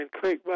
click